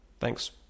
Thanks